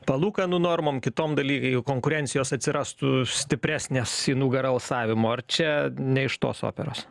palūkanų normom kitom daly konkurencijos atsirastų stipresnės į nugarą alsavimo ar čia ne iš tos operos